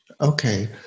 Okay